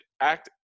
act